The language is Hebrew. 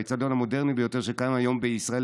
האצטדיון המודרני ביותר שקיים היום בישראל,